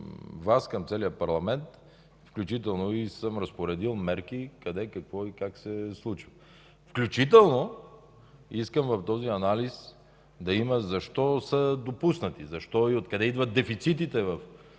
Вас, към целия парламент, включително съм разпоредил мерки къде, какво и как се случва. Освен това искам в този анализ да има защо са допуснати, защо и откъде идват дефицитите